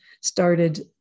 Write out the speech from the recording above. started